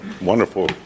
Wonderful